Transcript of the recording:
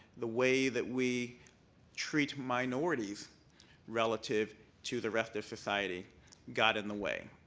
the way that we treat minorities relative to the rest of society got in the way.